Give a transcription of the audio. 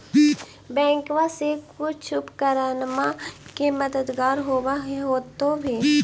बैंकबा से कुछ उपकरणमा के मददगार होब होतै भी?